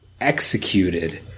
executed